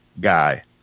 guy